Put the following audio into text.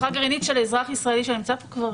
משפחה גרעינית של אזרח ישראלי שנמצא כאן.